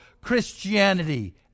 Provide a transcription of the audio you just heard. Christianity